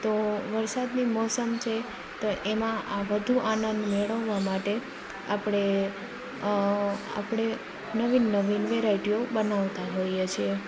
તો વરસાદની મોસમ છે તો એમાં આ વધુ આનંદ મેળવવા માટે આપણે આપણે નવીન નવીન વેરાઈટીઓ બનાવતાં હોઈએ છીએ